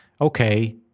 okay